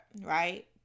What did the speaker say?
right